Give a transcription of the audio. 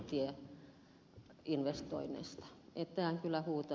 tämä on kyllä huutava pula